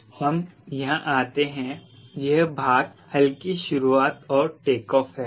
Refer Slide Time 0717 अब यहाँ आते हैं यह भाग हलकी शुरुआत और टेकऑफ़ है